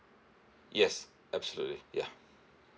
yes absolutely ya